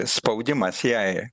spaudimas jai